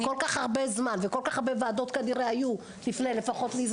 האם כל כך הרבה זמן עבר מאז שהחלו לעסוק בנושא הזה